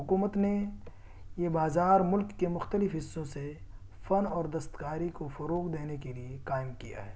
حکومت نے یہ بازار ملک کے مختلف حصوں سے فن اور دستکاری کو فروغ دینے کے لیے قائم کیا ہے